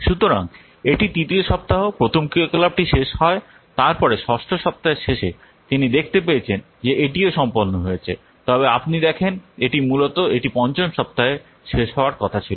সুতরাং এটি তৃতীয় সপ্তাহ প্রথম ক্রিয়াকলাপটি শেষ হয় তার পরে 6 সপ্তাহের শেষে তিনি দেখতে পেয়েছেন যে এটিও সম্পন্ন হয়েছে তবে আপনি দেখেন এটি মূলত এটি পঞ্চম সপ্তাহে শেষ হওয়ার কথা ছিল